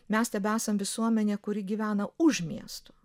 mes tebesam visuomenė kuri gyvena už miestų